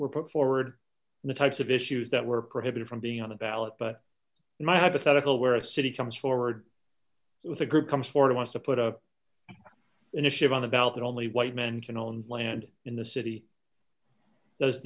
put forward the types of issues that were prohibited from being on the ballot but my hypothetical where a city comes forward with a group comes florida wants to put a initiative on the ballot that only white men can own land in the city